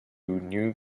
new